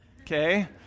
okay